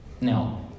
Now